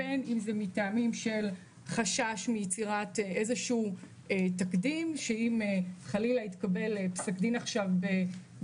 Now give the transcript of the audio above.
בין אם זה חשש מתקדים שיתקבל פסק דיון בהליך